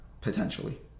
potentially